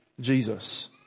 Jesus